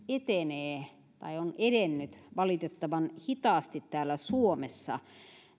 etenee tai on edennyt valitettavan hitaasti täällä suomessa